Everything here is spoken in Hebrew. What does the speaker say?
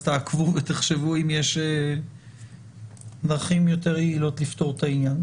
אז תעקבו ותחשבו אם יש דרכים יותר יעילות לפתור את העניין.